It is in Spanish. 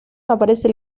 aparece